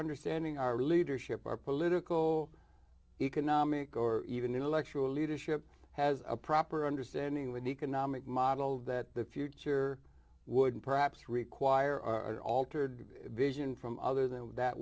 understanding our leadership our political economic or even intellectual leadership has a proper understanding when economic model that the future would perhaps require altered vision from other than that